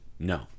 No